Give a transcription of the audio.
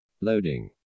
Loading